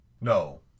no